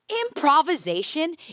Improvisation